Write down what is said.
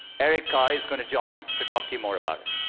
erik kay is going to join to talk to you more about it.